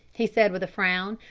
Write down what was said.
he said with a frown.